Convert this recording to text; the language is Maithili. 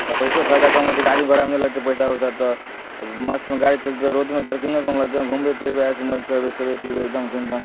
तऽ पैसो खर्चा कम होयतै गाड़ी घोड़ामे नहि लगतै पैसा वैसा तऽ मस्तमे गाड़ी चलते रोडमे जर्किङ्गो कम लगतै घूमबै फिरबै ऐश मौज करबै खयबै पीबै एकदम धूमधाम